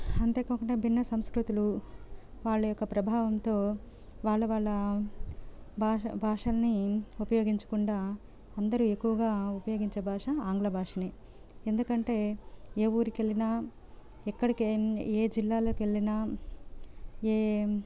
అంతే కాక భిన్న సంస్కృతులు వాళ్ళ యొక్క ప్రభావంతో వాళ్ళ వాళ్ళ భా భాషల్ని ఉపయోగించకుండా అందరూ ఎక్కువగా ఉపయోగించే భాష ఆంగ్ల భాషనే ఎందుకంటే ఏ ఊరికెళ్లిన ఎక్కడ ఏ జిల్లాలోకెళ్ళినా ఏ